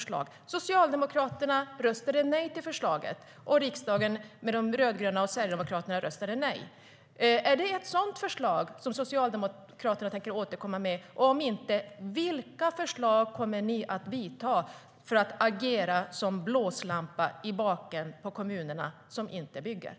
Socialdemokraterna röstade nej till det förslaget, och riksdagen med de rödgröna och Sverigedemokraterna röstade nej.